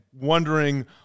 wondering